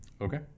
okay